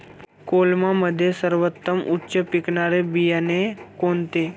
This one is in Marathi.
कोलममध्ये सर्वोत्तम उच्च पिकणारे बियाणे कोणते?